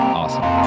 awesome